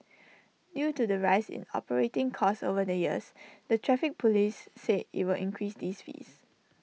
due to the rise in operating costs over the years the traffic Police said IT will increase these fees